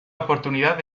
oportunidad